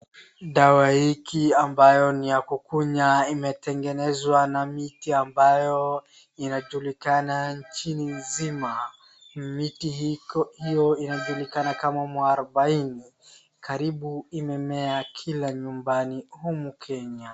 Dawa hii ambayo ni ya kukunywa imetengenezwa na miti ambayo inajulikana nchi zima. Miti hiyo inajulikana kama mwarubaini. Karibu imemea kila nyumbani huku kenya.